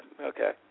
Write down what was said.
Okay